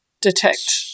detect